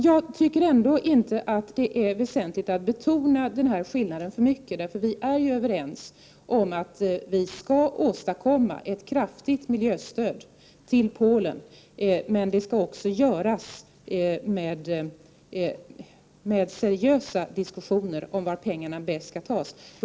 Jag tycker ändå inte att det är väsentligt att betona denna brist för mycket, för vi är överens om att vi skall åstadkomma ett kraftfullt miljöstöd till Polen, men det skall göras efter seriösa diskussioner om varifrån pengarna skall tas.